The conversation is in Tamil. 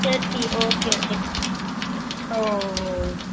thirty okay okay oh oh O